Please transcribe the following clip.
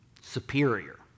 Superior